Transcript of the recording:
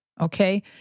okay